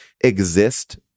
exist